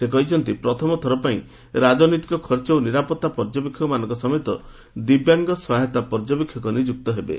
ସେ କହିଛନ୍ତି ପ୍ରଥମ ଥର ପାଇଁ ରାଜନୈତିକ ଖର୍ଚ୍ଚ ଓ ନିରାପତ୍ତା ପର୍ଯ୍ୟବେକ୍ଷକମାନଙ୍କ ସମେତ ଦିବ୍ୟାଙ୍ଗ ସହାୟତା ପର୍ଯ୍ୟବେକ୍ଷକ ନିଯୁକ୍ତ ହେବେ